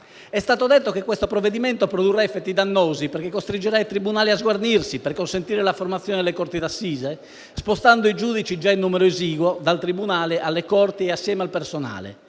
È stato detto che il provvedimento in esame produrrà effetti dannosi perché costringerà i tribunali a sguarnirsi, per consentire la formazione delle corti d'assise, spostando i giudici, già in numero esiguo, dal tribunale alle corti, assieme al personale.